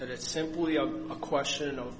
that it's simply a question o